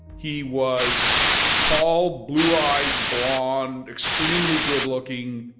he was tall, blue-eyed, blond, extremely good-looking,